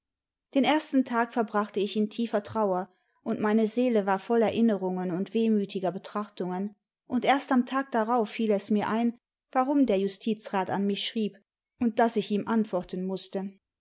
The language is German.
den ersten tag verbrachte ich in tiefer trauer und meine seele war voll erinnerungen und wehmütiger betrachtimgen und erst am tage darauf fiel es mir ein warum der justizrat an mich schrieb und daß ich ihm antworten mußte